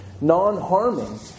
Non-harming